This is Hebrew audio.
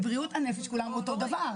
בבריאות הנפש כולם אותו דבר.